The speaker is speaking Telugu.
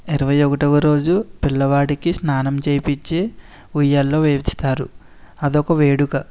ఇరవై ఒకటోవ రోజు పిల్లవాడికి స్నానం చేయించి ఉయ్యాలలో వేయిస్తారు అదొక వేడుక